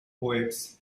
poets